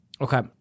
Okay